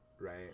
right